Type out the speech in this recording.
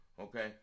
okay